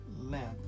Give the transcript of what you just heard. lamp